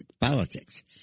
politics